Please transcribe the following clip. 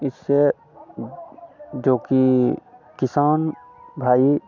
इससे जो कि किसान भाई